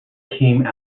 came